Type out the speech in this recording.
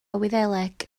wyddeleg